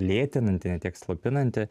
lėtinantį ne tiek slopinantį